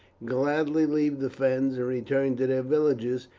gladly leave the fens and return to their villages,